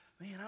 man